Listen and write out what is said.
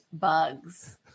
bugs